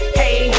hey